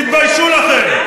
תתביישו לכם.